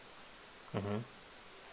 mmhmm